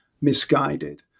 misguided